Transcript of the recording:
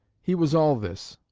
he was all this.